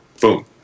boom